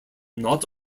not